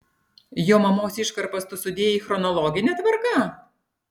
jo mamos iškarpas tu sudėjai chronologine tvarka